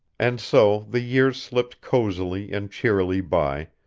and so the years slipped cosily and cheerily by,